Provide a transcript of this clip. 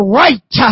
right